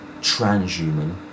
transhuman